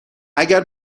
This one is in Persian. اگر